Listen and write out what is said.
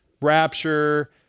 rapture